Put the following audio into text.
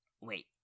Wait